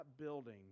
building